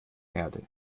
erde